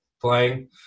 playing